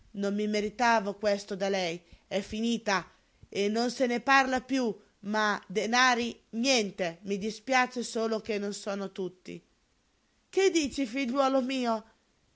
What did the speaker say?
non mi meritavo questo da lei è finita e non se ne parla piú ma denari niente i dispiace solo che non sono tutti che dici figliuolo mio